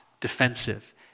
defensive